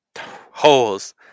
Holes